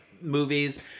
movies